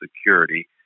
security